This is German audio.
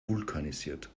vulkanisiert